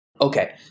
Okay